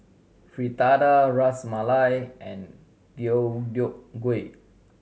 Fritada Ras Malai and Deodeok Gui